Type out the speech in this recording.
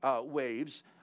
waves